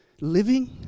living